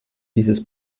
dieses